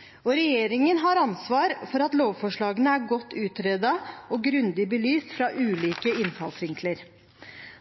og argumenter på bordet, og regjeringen har ansvar for at lovforslagene er godt utredet og grundig belyst fra ulike innfallsvinkler.